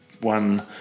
one